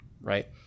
right